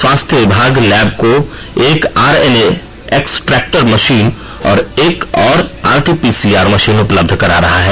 स्वास्थ्य विभाग लैब को एक आरएनए एक्सट्रैक्टर मशीन और एक और आरटीपीसीआर मशीन उपलब्ध करा रहा है